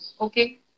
okay